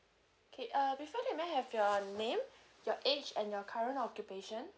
okay uh before that may I have your name your age and your current occupation